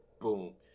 Boom